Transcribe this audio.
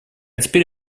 теперь